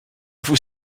vous